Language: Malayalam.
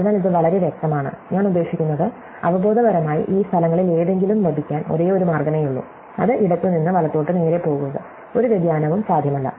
അതിനാൽ ഇത് വളരെ വ്യക്തമാണ് ഞാൻ ഉദ്ദേശിക്കുന്നത് അവബോധപരമായി ഈ സ്ഥലങ്ങളിലേതെങ്കിലും ലഭിക്കാൻ ഒരേയൊരു മാർഗ്ഗമേയുള്ളൂ അത് ഇടത്തുനിന്ന് വലത്തോട്ട് നേരെ പോകുക ഒരു വ്യതിയാനവും സാധ്യമല്ല